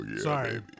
Sorry